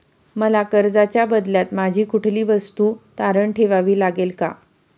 मला कर्जाच्या बदल्यात माझी कुठली वस्तू तारण ठेवावी लागेल का?